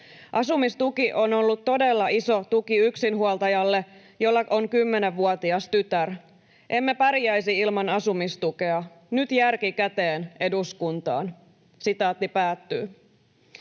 Asumistuki on ollut todella iso tuki yksinhuoltajalle, jolla on 10-vuotias tytär. Emme pärjäisi ilman asumistukea. Nyt järki käteen eduskuntaan.” ”Muutimme